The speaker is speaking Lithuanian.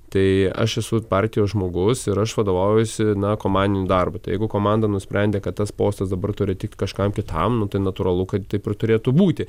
tai aš esu partijos žmogus ir aš vadovaujuosi na komandiniu darbu jeigu komanda nusprendė kad tas postas dabar turi tikt kažkam kitam nu tai natūralu kad taip ir turėtų būti